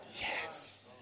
Yes